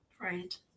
Right